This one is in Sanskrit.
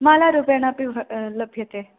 मालारूपेण अपि लभ्यते